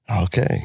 Okay